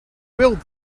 build